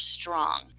strong